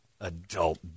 Adult